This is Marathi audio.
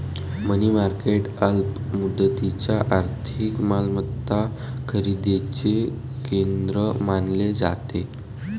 मनी मार्केट अल्प मुदतीच्या आर्थिक मालमत्ता खरेदीचे केंद्र मानले जाते